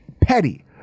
Petty